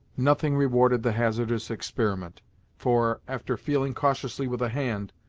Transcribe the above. nothing rewarded the hazardous experiment for, after feeling cautiously with a hand,